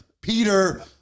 Peter